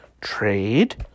trade